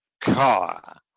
car